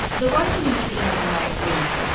the writing in sweet valley high is,